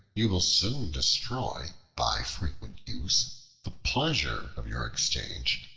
you will soon destroy by frequent use the pleasure of your exchange,